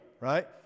right